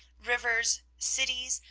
rivers, cities,